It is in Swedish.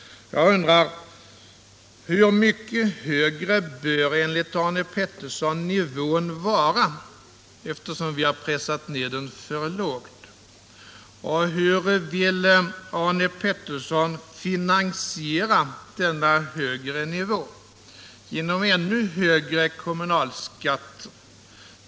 Hur mycket högre bör enligt Arne Pettersson nivån ligga, eftersom vi har pressat ned den så lågt? Och hur vill Arne Peuersson finansiera denna högre nivå? Genom ännu högre kommunalskatter?